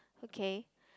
okay